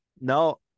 No